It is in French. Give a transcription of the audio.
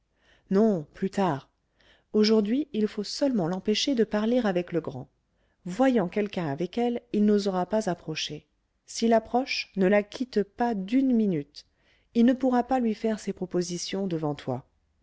non plus tard aujourd'hui il faut seulement l'empêcher de parler avec le grand voyant quelqu'un avec elle il n'osera pas approcher s'il approche ne la quitte pas d'une minute il ne pourra pas lui faire ses propositions devant toi